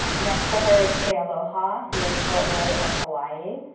next to her is kealoha, who is poet laureate of hawaii.